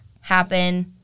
happen